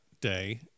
day